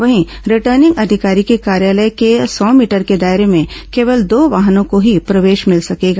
वहीं रिटर्निंग अधिकारी के कार्यालय के सौ मीटर के दायरे में केवल दो वाहनों को ही प्रवेश मिल सकेगा